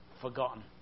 forgotten